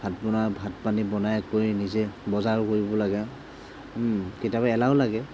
ভাত বনোৱা ভাত পানী বনাই কৰি নিজে বজাৰো কৰিব লাগে কেতিয়াবা এলাহো লাগে